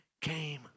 came